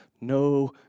no